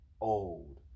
Old